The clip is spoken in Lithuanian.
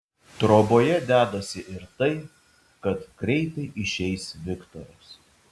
troboje dedasi ir tai kad greitai išeis viktoras